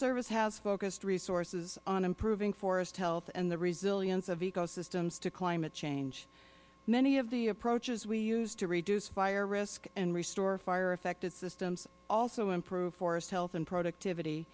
service has focused resources on improving forest health and the resilience of ecosystems to climate change many of the approaches we use to reduce fire risk and restore fire affected systems also improve forest health and productivity